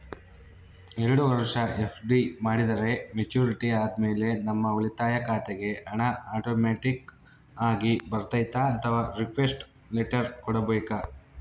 ಎರಡು ವರುಷ ಎಫ್.ಡಿ ಮಾಡಿದರೆ ಮೆಚ್ಯೂರಿಟಿ ಆದಮೇಲೆ ನಮ್ಮ ಉಳಿತಾಯ ಖಾತೆಗೆ ಹಣ ಆಟೋಮ್ಯಾಟಿಕ್ ಆಗಿ ಬರ್ತೈತಾ ಅಥವಾ ರಿಕ್ವೆಸ್ಟ್ ಲೆಟರ್ ಕೊಡಬೇಕಾ?